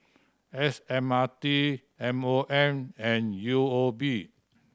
S M R T M O M and U O B